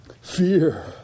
Fear